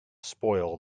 spoil